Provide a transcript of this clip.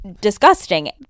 Disgusting